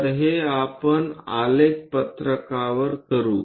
तर हे आपण आलेख पत्रकावर करू